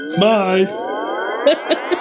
Bye